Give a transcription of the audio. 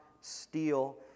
steal